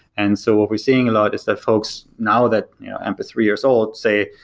and so what we're seeing a lot is that folks, now that amp is three-years-old, say,